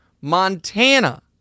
Montana